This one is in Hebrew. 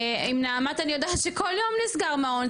עם נעמ"ת אני יודעת שכל יום נסגר מעון,